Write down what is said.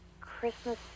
christmas